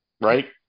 right